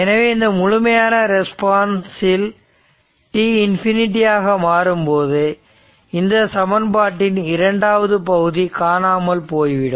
எனவே இந்த முழுமையான ரெஸ்பான்ஸ்ல் t இன்ஃபினிட்டி ஆக மாறும்போது இந்த சமன்பாட்டின் இரண்டாவது பகுதி காணாமல் போய்விடும்